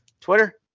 twitter